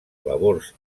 labors